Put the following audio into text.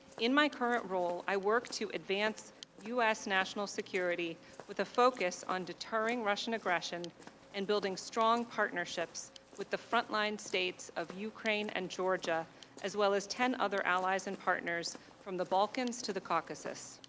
in my current role, i worked to advance u s. national security with a focus on deterring russian aggression and building strong partnerships with the front-line states of ukraine and georgia as well as ten other allies and partners from the balkans to the caucuses.